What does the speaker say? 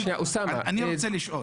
אני רוצה לשאול.